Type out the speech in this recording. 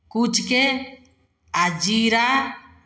कूचि कऽ आ जीरा